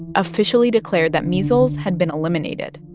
officially declared that measles had been eliminated.